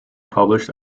published